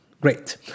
Great